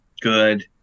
good